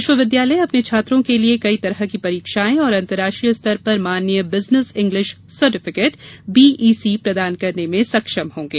विश्वविद्यालय अपने छात्रों के लिये कई तरह की परीक्षाएँ और अंतर्राष्ट्रीय स्तर पर मान्य बिजनेस इंग्लिश सर्टिफिकेट बीईसी प्रदान करने में सक्षम होंगे